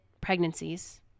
pregnancies